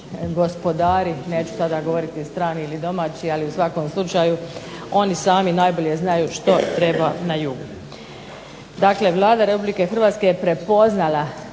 gospodari, neću sada govoriti strani ili domaći, ali u svakom slučaju oni sami najbolje znaju što treba na jugu. Dakle Vlada Republike Hrvatske je prepoznala